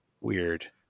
Weird